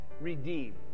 redeemed